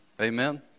Amen